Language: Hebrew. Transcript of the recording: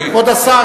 כבוד השר,